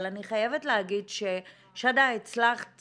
אבל אני חייבת להגיד, שדא, הצלחת